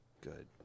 Good